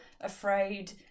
afraid